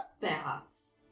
baths